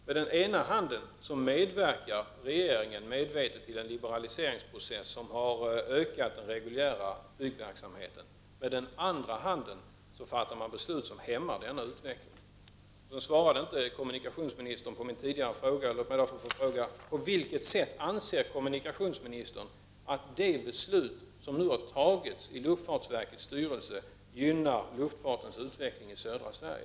Med den ena handen medverkar regeringen medvetet i den liberaliseringsprocess som har ökat den reguljära flygverksamheten, och med den andra handen fattar man beslut som hämmar denna utveckling. Kommunikationsministern svarade inte på min tidigare fråga. På vilket sätt anser kommunikationsministern att det beslut som nu har fattats i luftfartsverkets styrelse gynnar luftfartens utveckling i södra Sverige?